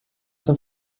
dem